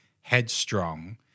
headstrong